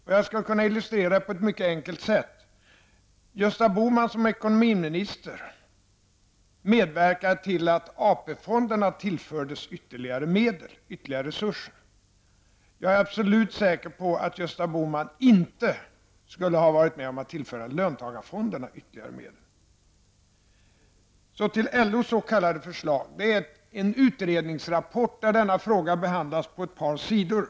Detta kan jag illustrera på ett mycket enkelt sätt. Gösta Bohman medverkade som ekonomiminister till att AP-fonderna tillfördes ytterligare resurser. Jag är absolut säker på att Gösta Bohman inte skulle varit med om att tillföra löntagarfonderna ytterligare medel. Så till LOs s.k. förslag. Det är en utredningsrapport, där denna fråga behandlas på ett par sidor.